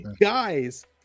Guys